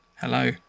Hello